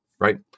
right